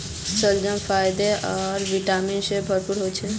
शलजम फाइबर आर विटामिन से भरपूर ह छे